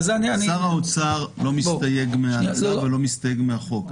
שר האוצר לא מסתייג מהצו ולא מסתייג מהחוק.